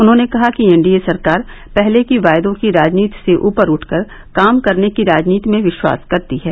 उन्होंने कहा कि एनडीए सरकार पहले की वायदों की राजनीति से ऊपर उठकर काम करने की राजनीति में विश्वास करती है